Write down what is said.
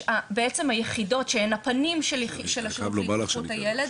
בעצם היחידות שהן הפנים של התפתחות הילד,